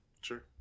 Sure